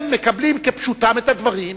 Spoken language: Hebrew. הם מקבלים כפשוטם את הדברים,